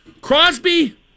Crosby